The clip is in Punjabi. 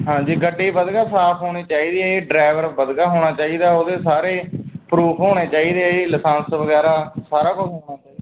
ਹਾਂਜੀ ਗੱਡੀ ਵਧੀਆ ਸਾਫ਼ ਹੋਣੀ ਚਾਹੀਦੀ ਹੈ ਡਰਾਈਵਰ ਵਧੀਆ ਹੋਣਾ ਚਾਹੀਦਾ ਉਹਦੇ ਸਾਰੇ ਪਰੂਫ ਹੋਣੇ ਚਾਹੀਦੇ ਆ ਲਾਇਸੈਂਸ ਵਗੈਰਾ ਸਾਰਾ ਕੁਛ ਹੋਣਾ ਚਾਹੀਦਾ